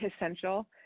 essential